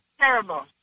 terrible